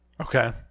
Okay